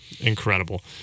Incredible